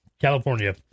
california